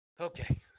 Okay